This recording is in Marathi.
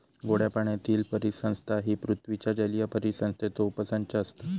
गोड्या पाण्यातीली परिसंस्था ही पृथ्वीच्या जलीय परिसंस्थेचो उपसंच असता